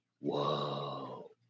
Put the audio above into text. whoa